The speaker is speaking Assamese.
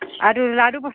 আৰু লাড়ু ব